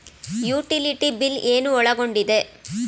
Utility bill ಏನು ಒಳಗೊಂಡಿದೆ?